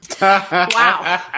Wow